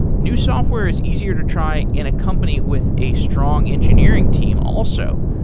new software is easier to try in a company with a strong engineering team also,